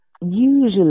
usually